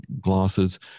glasses